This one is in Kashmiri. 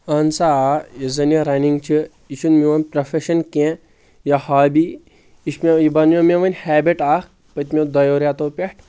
اہن سا آ یُس زن یہِ رننِگ چھِ یہِ چھُنہٕ میون پروفیٚشن کینٛہہ یا ہابی یہِ چھُ مےٚ یہِ بنیٚو مےٚ وۄنۍ ہیٚبِٹ اکھ پٔتۍ میٚو دۄیو ریٚتو پٮ۪ٹھ